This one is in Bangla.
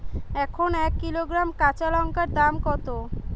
এখন এক কিলোগ্রাম কাঁচা লঙ্কার দাম কত?